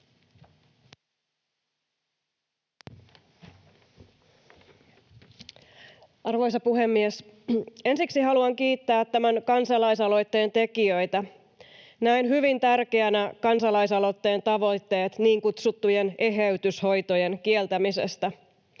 Arvoisa puhemies! Ensiksi haluan kiittää tämän kansalais-aloitteen tekijöitä. Näen hyvin tärkeänä kansalaisaloitteen tavoitteet niin kutsuttujen eheytyshoitojen kieltämisestä.